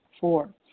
Four